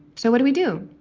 so what do we do?